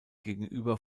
gegenüber